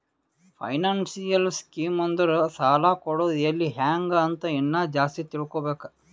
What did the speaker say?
financial scheme ಅಂದುರ್ ಸಾಲ ಕೊಡದ್ ಎಲ್ಲಿ ಹ್ಯಾಂಗ್ ಅಂತ ಇನ್ನಾ ಜಾಸ್ತಿ ತಿಳ್ಕೋಬೇಕು